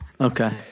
Okay